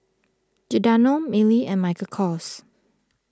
Giordano Mili and Michael Kors